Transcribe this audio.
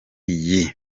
iyi